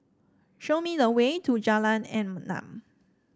show me the way to Jalan Enam